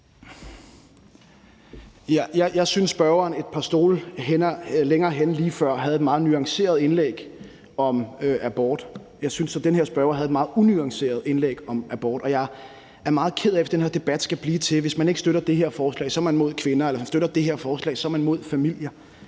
Jeg synes, at den anden spørger et par stole længere henne lige før havde et meget nuanceret indlæg om abort. Jeg synes så, at den her spørger havde et meget unuanceret indlæg om abort. Og jeg er meget ked af det, hvis den her debat skal blive sådan, at hvis man ikke støtter det her forslag, er man imod kvinder, eller at hvis man støtter det her forslag, er man imod familier.